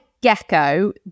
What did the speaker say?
gecko